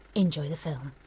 enjoy the film.